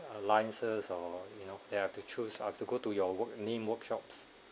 alliances or you know that I have to choose I have to go to your work name workshops